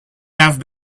have